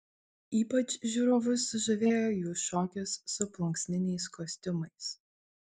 ypač žiūrovus sužavėjo jų šokis su plunksniniais kostiumais